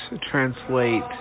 translate